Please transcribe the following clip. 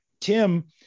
Tim